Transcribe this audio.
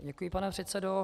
Děkuji, pane předsedo.